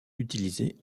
utilisées